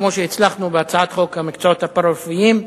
כמו שהצלחנו בהצעת חוק המקצועות הפארה-רפואיים,